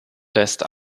lässt